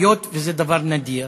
היות שזה דבר נדיר,